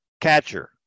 Catcher